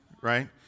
right